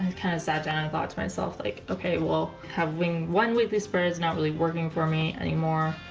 kind of sat down and thought to myself like, okay, well having one weekly spread is not really working for me anymore.